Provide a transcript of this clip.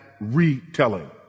retelling